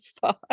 five